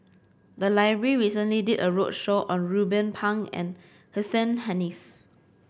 the library recently did a roadshow on Ruben Pang and Hussein Haniff